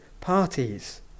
parties